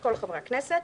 כל חברי הכנסת.